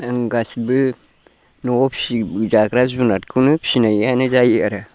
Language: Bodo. जों गासिबो न'आव फिजाग्रा जुनादखौनो फिनाय जायो आरो